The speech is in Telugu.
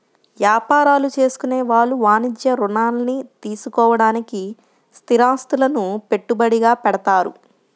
యాపారాలు చేసుకునే వాళ్ళు వాణిజ్య రుణాల్ని తీసుకోడానికి స్థిరాస్తులను పెట్టుబడిగా పెడతారు